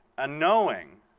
ah knowing